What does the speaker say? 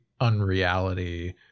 unreality